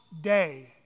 day